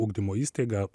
ugdymo įstaiga